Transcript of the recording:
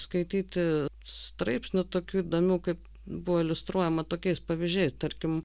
skaityti straipsnių tokių įdomių kaip buvo iliustruojama tokiais pavyzdžiais tarkim